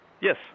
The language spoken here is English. Yes